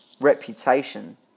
reputation